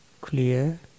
clear